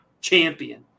champion